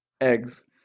eggs